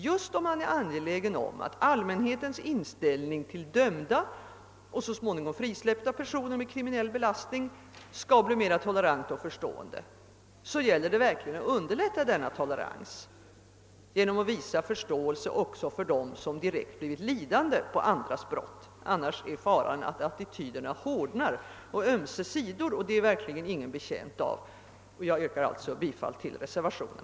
Just om man är angelägen om att allmänhetens inställning till dömda och så småningom frisläppta personer med kriminell belastning skall bli mera tolerant och förstående gäller det verkligen att underlätta denna tolerans genom att visa förståelse också för dem som direkt blivit lidande av andras brott. Annars är faran att attityderna hårdnar å ömse sidor, och det är verk ligen ingen betjänt av. Jag yrkar alltså bifall till reservationen.